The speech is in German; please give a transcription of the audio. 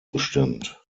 bestimmt